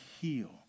heal